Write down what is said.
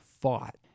fought